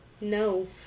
No